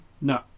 No